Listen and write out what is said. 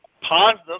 positive